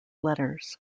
letters